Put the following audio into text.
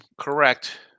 correct